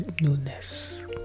newness